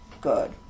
Good